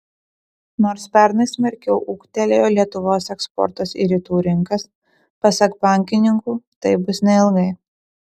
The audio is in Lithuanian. nors pernai smarkiau ūgtelėjo lietuvos eksportas į rytų rinkas pasak bankininkų taip bus neilgai